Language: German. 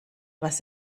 was